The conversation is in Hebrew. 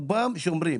רובם שומרים.